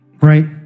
Right